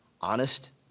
honest